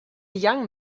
young